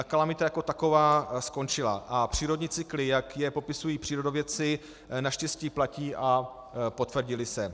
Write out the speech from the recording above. Kalamita jako taková skončila a přírodní cykly, jak je popisují přírodopisci, naštěstí platí a potvrdily se.